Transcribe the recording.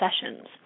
sessions